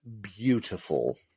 beautiful